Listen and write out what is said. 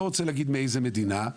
לא רוצה להגיד מאיזו מדינה,